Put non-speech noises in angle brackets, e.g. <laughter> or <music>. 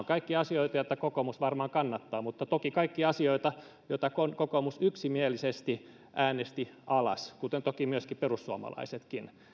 <unintelligible> kaikki asioita joita kokoomus varmaan kannattaa mutta toki kaikki asioita jotka kokoomus yksimielisesti äänesti alas kuten toki myöskin perussuomalaiset